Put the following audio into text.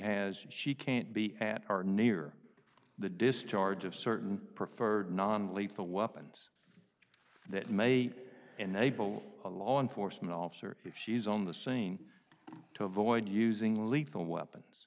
has she can't be at or near the discharge of certain preferred non lethal weapons that may in the able to law enforcement officer if she's on the sane to avoid using lethal weapons